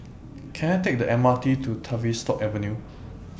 Can I Take The MRT to Tavistock Avenue